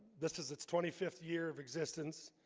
this is its twenty fifth year of existence